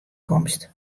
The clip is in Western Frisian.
komst